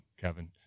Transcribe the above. Kevin